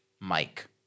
Mike